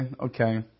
okay